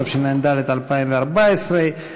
התשע"ד 2014,